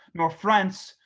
nor france,